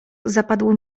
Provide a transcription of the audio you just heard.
zapadło